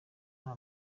nta